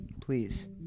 Please